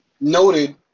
noted